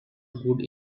good